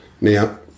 now